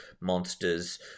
monsters